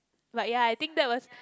but ya I think that was